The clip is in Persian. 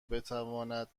بتواند